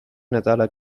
nädala